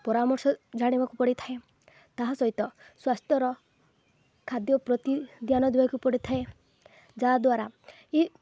ପରାମର୍ଶ ଜାଣିବାକୁ ପଡ଼ିଥାଏ ତାହା ସହିତ ସ୍ୱାସ୍ଥ୍ୟର ଖାଦ୍ୟ ପ୍ରତି ଧ୍ୟାନ ଦେବାକୁ ପଡ଼ିଥାଏ ଯାହା ଦ୍ୱାରା ଏ